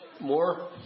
more